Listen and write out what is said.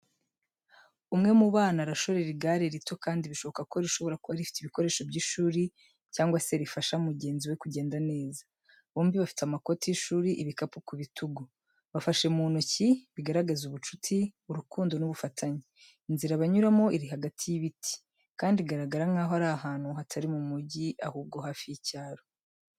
Umwe mu bana arashorera igare rito kandi bishoboka ko rishobora kuba rifite ibikoresho by’ishuri cyangwa se rifasha mugenzi we kugenda neza. Bombi bafite amakoti y’ishuri ibikapu ku bitugu. Bafashe mu ntoki, bigaragaza ubucuti, urukundo n’ubufatanye. Inzira banyuramo iri hagati y’ibiti, kandi igaragara nk’aho iri ahantu hatari mu mujyi, ahubwo hafi y’icyaro.